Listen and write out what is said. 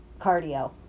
cardio